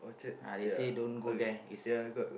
ya okay ya I got